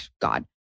God